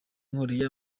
nkore